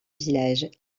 village